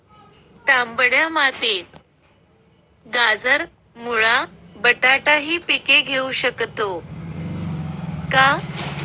तांबड्या मातीत गाजर, मुळा, बटाटा हि पिके घेऊ शकतो का?